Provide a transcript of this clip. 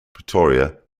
pretoria